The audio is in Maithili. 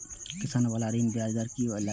किसान बाला ऋण में ब्याज दर कि लागै छै?